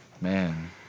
Man